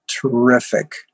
terrific